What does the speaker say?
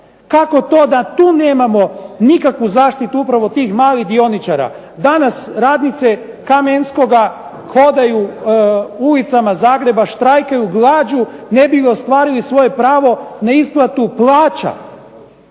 Kako to da tu nemamo nikakvu zaštitu upravo tih malih dioničara? Danas radnice Kamenskoga hodaju ulicama Zagreba, štrajkaju glađu ne bi li ostvarile svoje pravo na isplatu plaća.